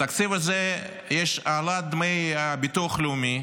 בתקציב הזה יש העלאת דמי הביטוח הלאומי,